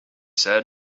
said